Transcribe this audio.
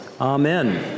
Amen